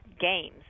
games